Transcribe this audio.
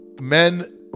men